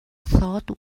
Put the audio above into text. thought